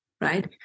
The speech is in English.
right